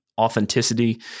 authenticity